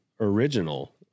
original